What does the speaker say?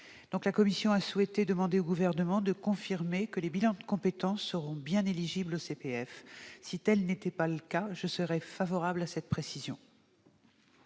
la commission demande au Gouvernement de confirmer que les bilans de compétences seront bien éligibles au CPF. Si tel n'était pas le cas, elle serait favorable à cette précision.